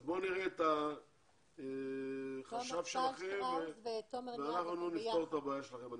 אז בואו נשמע את החשב שלכם ונראה איך נפתור את הבעיה שלכם,